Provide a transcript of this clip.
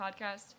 podcast